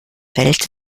welt